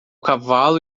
cavalo